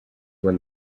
when